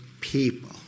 people